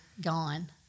gone